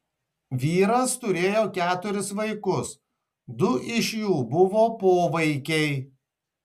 vyras turėjo keturis vaikus du iš jų buvo povaikiai